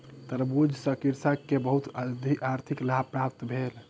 तरबूज सॅ कृषक के बहुत आर्थिक लाभ प्राप्त भेल